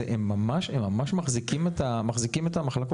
הם ממש מחזיקים את המחלקות.